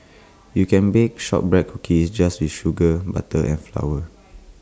you can bake Shortbread Cookies just with sugar butter and flour